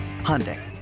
Hyundai